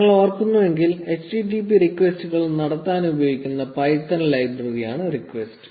നിങ്ങൾ ഓർക്കുന്നുവെങ്കിൽ http request കൾ നടത്താൻ ഉപയോഗിക്കുന്ന പൈത്തൺ ലൈബ്രറിയാണ് റിക്വസ്റ്റ്